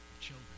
children